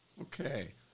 Okay